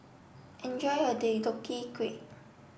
enjoy your Deodeok Gui